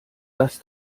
dass